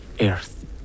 earth